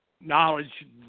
knowledge